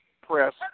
press